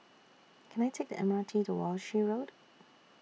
Can I Take The M R T to Walshe Road